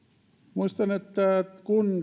muistan että kun